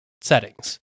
settings